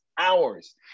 Hours